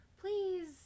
please